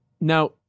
Now